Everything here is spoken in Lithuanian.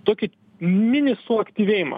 tokį mini suaktyvėjimą